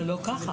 אבל זה לא כך.